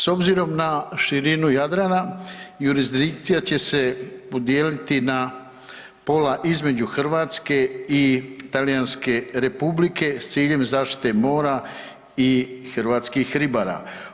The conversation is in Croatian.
S obzirom da širinu Jadrana, jurisdikcija će se podijeliti na pola između Hrvatske i Talijanske Republike s ciljem zaštite mora i hrvatskih ribara.